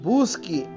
Busque